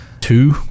two